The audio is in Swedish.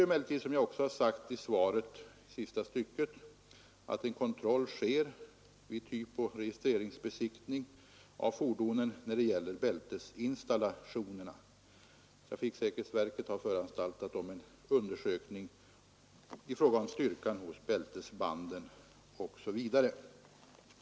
Som jag också sagt i svaret, sista stycket, sker det emellertid en kontroll av bältesinstallationerna vid typoch registreringsbesiktning. Trafiksäkerhetsverket har föranstaltat om en undersökning av styrkan hos bältesbanden, osv.